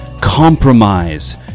compromise